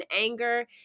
anger